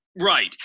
Right